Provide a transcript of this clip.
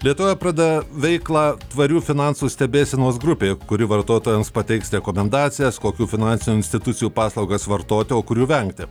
lietuvoje pradeda veiklą tvarių finansų stebėsenos grupė kuri vartotojams pateiks rekomendacijas kokių finansinių institucijų paslaugas vartoti o kurių vengti